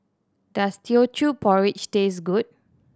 does Teochew Porridge taste good